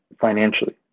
financially